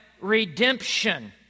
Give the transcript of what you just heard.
redemption